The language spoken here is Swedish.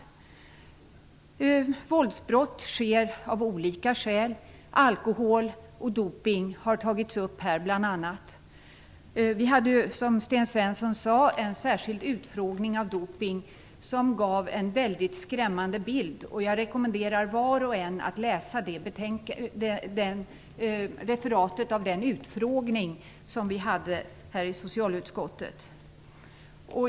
Våldsbrott begås av olika skäl. Bl.a. har alkohol och dopning tagits upp här. Vi hade, som Sten Svensson sade, en särskild utfrågning om dopning. Den gav en väldigt skrämmande bild. Jag rekommenderar var och en att läsa referatet från den utfrågningen i socialutskottet.